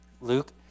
Luke